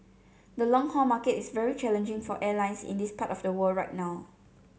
the long haul market is very challenging for airlines in this part of the world right now